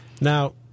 Now